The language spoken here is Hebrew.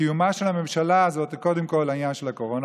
לקיומה של הממשלה הזאת זה קודם כול העניין של הקורונה,